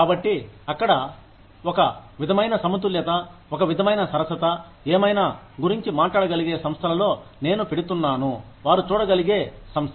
కాబట్టి అక్కడ ఒక విధమైన సమతుల్యత ఒక విధమైన సరసత ఏమైనా గురించి చూడగలిగే సంస్థలో నేను పెడుతున్నాను వారు చూడగలిగే సంస్థ